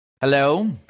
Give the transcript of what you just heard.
Hello